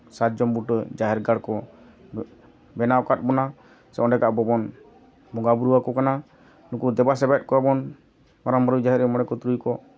ᱥᱟᱨᱡᱚᱢ ᱵᱩᱴᱟᱹ ᱡᱟᱦᱮᱨ ᱜᱟᱲ ᱠᱚ ᱵᱮᱱᱟᱣ ᱟᱠᱟᱫ ᱵᱚᱱᱟ ᱥᱮ ᱚᱸᱰᱮᱜᱮ ᱟᱵᱚ ᱵᱚᱱ ᱵᱚᱸᱜᱟᱼᱵᱩᱨᱩ ᱟᱠᱚ ᱠᱟᱱᱟ ᱩᱱᱠᱩ ᱫᱮᱵᱟᱼᱥᱮᱵᱟᱭᱮᱫ ᱠᱚᱣᱟᱵᱚᱱ ᱢᱟᱨᱟᱝᱼᱵᱩᱨᱩ ᱡᱟᱦᱮᱨ ᱟᱹᱭᱩ ᱢᱚᱬᱮ ᱠᱚ ᱛᱩᱨᱩᱭ ᱠᱚ